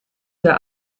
der